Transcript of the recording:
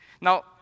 Now